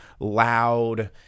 loud